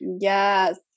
Yes